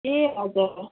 ए हजुर